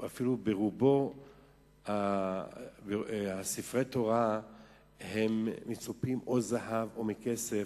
אפילו ברובם, ספרי התורה מצופים או זהב או כסף,